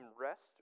rest